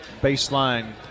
baseline